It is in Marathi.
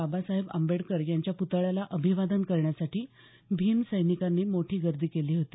बाबासाहेब आंबेडकर यांच्या पुतळ्याला अभिवादन करण्यासाठी भीम सैनिकांनी मोठी गर्दी केली होती